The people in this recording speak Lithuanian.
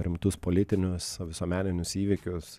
rimtus politinius visuomeninius įvykius